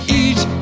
eat